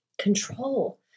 control